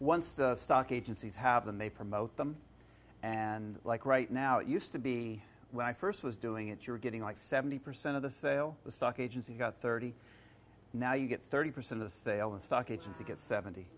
once the stock agencies have them they promote them and like right now it used to be when i first was doing it you're getting like seventy percent of the sale the stock agency got thirty now you get thirty percent of the sale of stock agency gets seventy